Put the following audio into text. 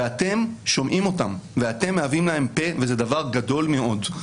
ואתם שומעים אותם ואתם מהווים להם פה וזה דבר גדול מאוד.